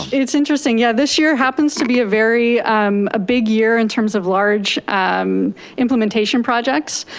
it's interesting, yeah. this year happens to be a very, um a big year in terms of large um implementation projects.